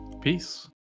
Peace